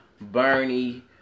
Bernie